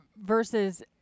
versus